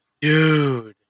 Dude